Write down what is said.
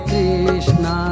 Krishna